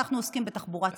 אנחנו עוסקים בתחבורה ציבורית,